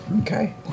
Okay